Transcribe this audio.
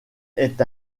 est